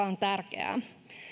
on tärkeää